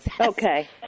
Okay